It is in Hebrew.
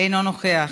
אינו נוכח,